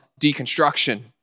deconstruction